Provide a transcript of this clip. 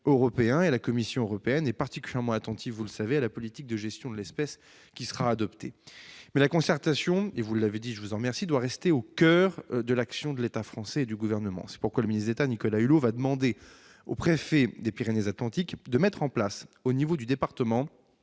comme vous le savez, est particulièrement attentive à la politique de gestion de l'espèce qui sera adoptée. Mais la concertation, et je vous remercie de l'avoir signalé, doit rester au coeur de l'action de l'État français et du Gouvernement. C'est pourquoi le ministre d'État Nicolas Hulot va demander au préfet des Pyrénées-Atlantiques de mettre en place, au niveau du département,